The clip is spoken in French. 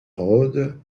rhode